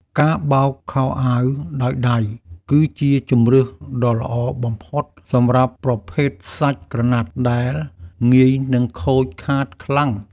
ការបោកខោអាវដោយដៃ គឺជាជម្រើសដ៏ល្អបំផុតសម្រាប់ប្រភេទសាច់ក្រណាត់ដែលងាយនឹងខូចខាតខ្លាំង។